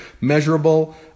measurable